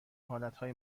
حالتهای